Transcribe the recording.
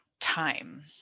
time